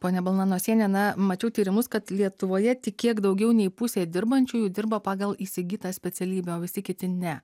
ponia balnanosienė na mačiau tyrimus kad lietuvoje tik kiek daugiau nei pusė dirbančiųjų dirba pagal įsigytą specialybę o visi kiti ne